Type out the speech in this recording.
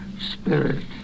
Spirit